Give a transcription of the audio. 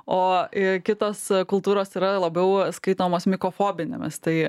o ir kitos kultūros yra labiau skaitomos mikofobinėmis tai